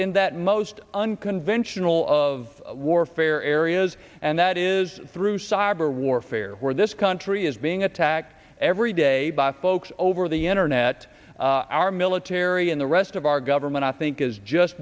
in that most unconventional of warfare areas and that is through cyber warfare where this country is being attacked every day by folks over the internet our military and the rest of our government i think is just